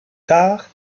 tard